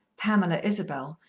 pamela isabel,